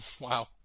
Wow